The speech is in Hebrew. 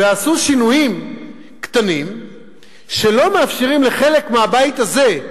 ועשו שינויים קטנים שלא מאפשרים לחלק מהבית הזה,